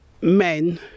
men